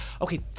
okay